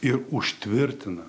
ir užtvirtina